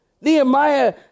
Nehemiah